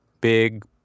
big